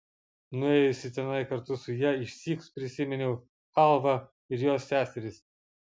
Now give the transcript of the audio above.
nuėjusi tenai kartu su ja išsyk prisiminiau chalvą ir jos seseris